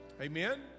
Amen